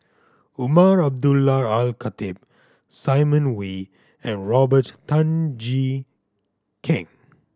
Umar Abdullah Al Khatib Simon Wee and Robert Tan Jee Keng